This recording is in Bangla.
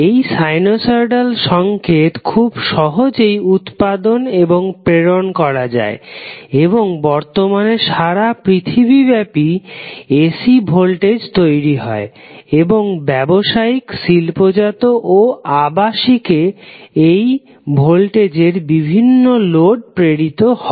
এই সাইনুসয়ডাল সংকেত খুব সহজেই উৎপাদন এবং প্রেরণ করা যায় এবং বর্তমানে সাড়া পৃথিবীব্যাপী AC ভোল্টেজ তৈরি হয় এবং ব্যাবসায়িক শিল্পজাত ও আবাসিক এ এই ভোল্টেজ এর বিভিন্ন লোড প্রেরিত হয়